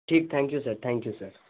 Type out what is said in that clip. ٹھیک thank you sir thank you sir